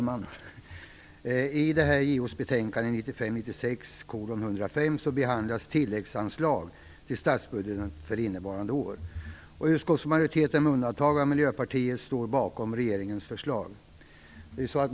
Fru talman! I JoU:s betänkande 1995/96:19 behandlas tilläggsanslag till statsbudgeten för innevarande år. Utskottsmajoriteten med undantag av Miljöpartiet står bakom regeringens förslag.